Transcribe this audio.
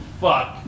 Fuck